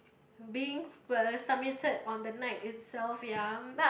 being first submitted on the night itself ya